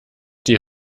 die